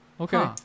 Okay